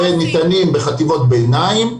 שהם ניתנים בחטיבות ביניים,